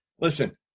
listen